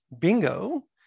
bingo